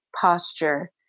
posture